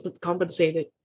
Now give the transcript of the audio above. compensated